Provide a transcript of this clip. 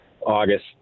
August